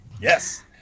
Yes